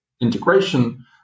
integration